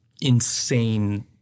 insane